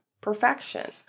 perfection